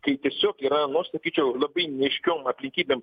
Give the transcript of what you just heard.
kai tiesiog yra nu aš sakyčiau labai neaiškiom aplinkybėm